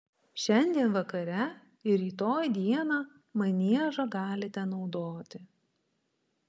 šiandien vakare ir rytoj dieną maniežą galite naudoti